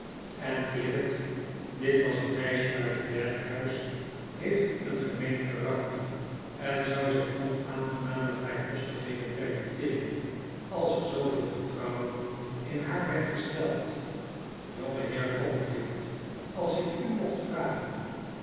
en clickett dit was het meisje uit het werkhuis heeft een gemeen karakter en zou zich onaangename vrijpostigheden permitteeren als er zooveel vertrouwen in haar werd gesteld jongeheer copperfield als ik u mocht vragen